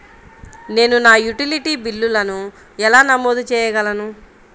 నేను నా యుటిలిటీ బిల్లులను ఎలా నమోదు చేసుకోగలను?